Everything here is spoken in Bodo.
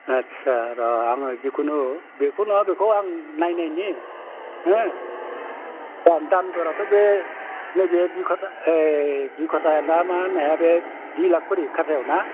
आस्सा र' आङो जिखुनु बेखौ नङा बेखौ आं नायनायनि हो दामद'राथ' बे दुइ खाथा ना मा होनो दुइ लाख खरि खाथायाव ना